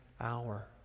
hour